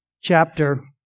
chapter